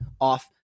off